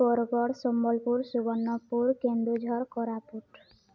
Bargarh Sambalpur Subarnapur Keonjhar Koraput